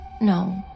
no